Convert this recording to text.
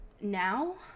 now